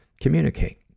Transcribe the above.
communicate